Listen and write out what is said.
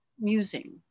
musing